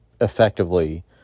effectively